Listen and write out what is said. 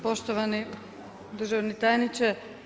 Poštovani državni tajniče.